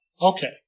Okay